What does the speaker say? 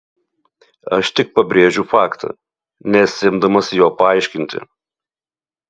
aš tik pabrėžiu faktą nesiimdamas jo paaiškinti